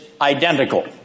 identical